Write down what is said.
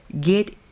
get